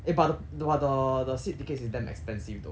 eh but the but the the seat tickets is damn expensive though